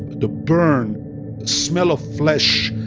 the burnt smell of flesh.